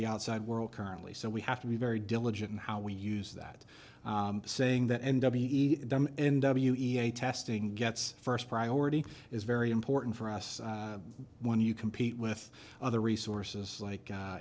the outside world currently so we have to be very diligent in how we use that saying that n w e n w e a testing gets first priority is very important for us when you compete with other resources like